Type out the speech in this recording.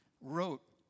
wrote